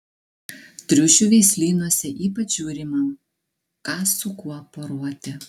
triušių veislynuose ypač žiūrima ką su kuo poruoti